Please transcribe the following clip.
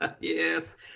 yes